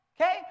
okay